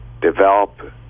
develop